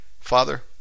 Father